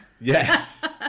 Yes